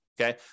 Okay